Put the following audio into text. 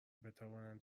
بتوانند